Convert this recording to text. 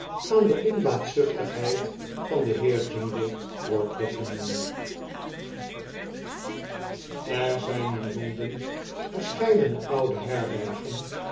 aan de onbaatzuchtigheid van den heer jingle wordt weggenomen er zijn in londen verscheidene oude herbergen